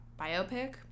biopic